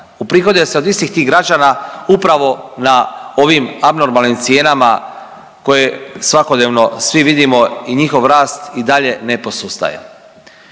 uprihoduje se od istih tih građana upravo na ovim abnormalnim cijenama koje svakodnevno svi vidimo i njihov rast i dalje ne posustaje.